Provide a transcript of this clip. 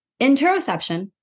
Interoception